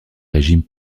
régime